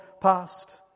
past